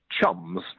chums